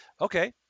Okay